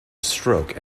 stroke